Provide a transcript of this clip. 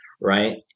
right